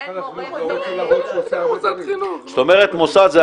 אין מורה --- אז זה לא מוסד חינוך?